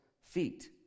feet